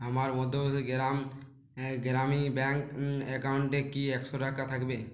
আমার মধ্যপ্রদেশ গ্রাম গ্রামীণ ব্যাঙ্ক অ্যাকাউন্টে কি একশো টাকা থাকবে